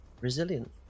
resilient